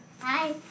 Hi